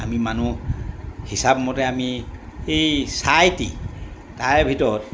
আমি মানুহ হিচাবমতে আমি এই চাৰিটি তাৰে ভিতৰত